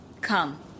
Come